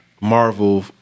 Marvel